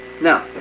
Now